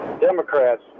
Democrats